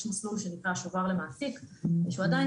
יש מסלול שנקרא 'שובר למעסיק' שהוא עדיין